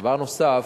דבר נוסף,